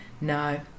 no